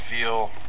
feel